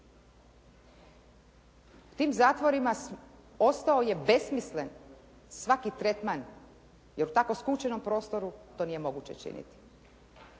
U tim zatvorima ostao je besmislen svaki tretman jer u tako skučenom prostoru to nije moguće činiti.